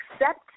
accept